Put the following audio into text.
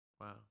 Wow